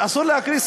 אסור להקריא סעיף?